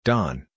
Don